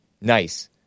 Nice